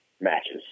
matches